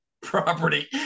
property